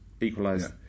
equalised